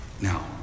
Now